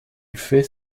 fait